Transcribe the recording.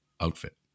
outfit